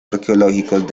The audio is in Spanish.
arqueológicos